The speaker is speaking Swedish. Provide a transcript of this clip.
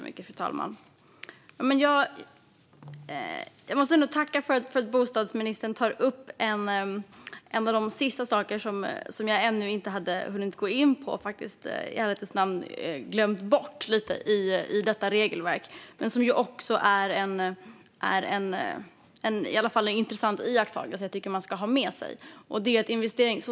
Fru talman! Jag måste tacka för att bostadsministern tar upp en sak i detta regelverk som jag ännu inte hade hunnit gå in på och som jag faktiskt i ärlighetens namn hade glömt bort lite. Det är i alla fall en intressant iakttagelse som jag tycker att man ska ha med sig.